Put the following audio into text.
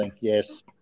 yes